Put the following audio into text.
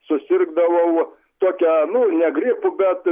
susirgdavau tokia nu ne gripu bet